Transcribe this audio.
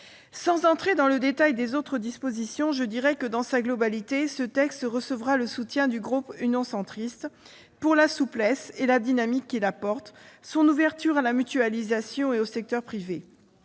Sans entrer dans le détail des autres dispositions, je dirai que, dans sa globalité, ce texte recevra le soutien du groupe Union Centriste, pour la souplesse et la dynamique qu'il apporte, pour son ouverture à la mutualisation et au secteur privé,